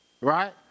Right